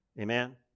Amen